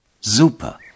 Super